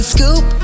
Scoop